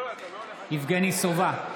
יבגני סובה,